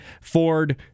Ford